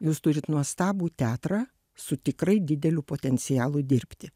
jūs turit nuostabų teatrą su tikrai dideliu potencialu dirbti